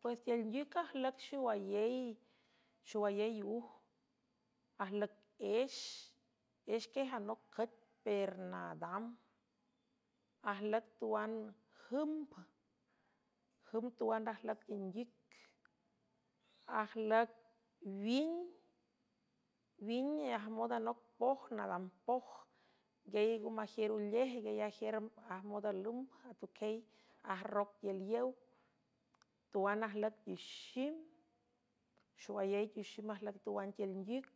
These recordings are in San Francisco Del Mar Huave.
Pues tiül ngic ajüc xowayey uj exquiej anoc cüet per nadam ajlüc tuan jüm jümb tuan ajlüc tinguic aj win ajmond anoc poj nadam poj nguiey ngo majiür ulejiey ajiür ajmond alumb atuquiey ajroc tiül yew tuan jc tuxi xowayey tuxim ajlüc tuwan tiül ngüc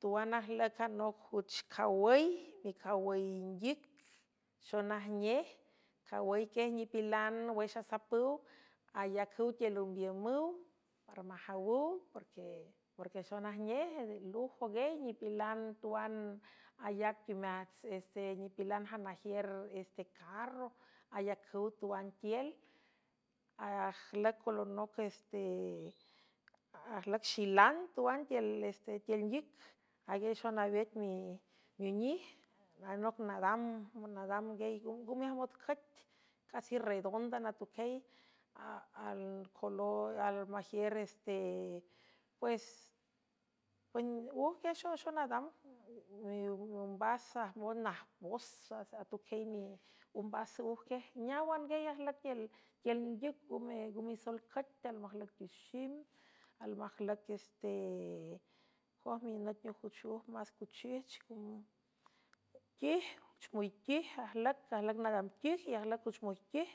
tuan ajlüc anoc juch cawüy micawüyinguic xonajnej cawüiquiej nipilan wüx asapüw ayacüw tiel ümbiümüw para majawüw eporque xonajnej lujoguiey nipilan tuan ayac teumeaats este nipilan janajiür este carro ayacüw tuan tiel c alonoc ajlüc xilan tuan tilestetiül nguiüc aaguay xonawet inunij anoc nadam nadam giay ngume ajmot cüet casirredóndan atuqiey almajiür e pues ujquexo xonadam iombas ajmon najpozs atujiey ombas uj quiej neáwan giay ajtiül ndiüc ngu misol cüet almajlüc tixim almajlüc este joj minüc neojüchuj más cuchijch quieüchmiquij ajüc ajlüc nadam quic y ajlüc üch moiquij.